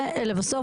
ולבסוף,